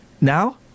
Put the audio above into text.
Now